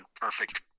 perfect